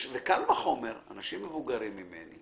קל וחומר אנשים מבוגרים ממני